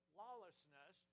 lawlessness